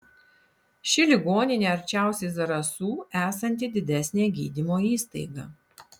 ši ligoninė arčiausiai zarasų esanti didesnė gydymo įstaiga